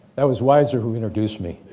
that was wiser who introduced me.